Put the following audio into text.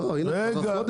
הנה, עבר חודש.